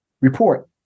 Report